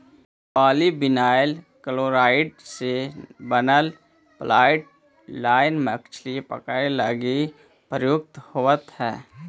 polyvinyl chloride से बनल fly line मछली पकडे लगी प्रयुक्त होवऽ हई